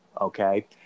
Okay